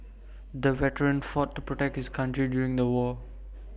the veteran fought to protect his country during the war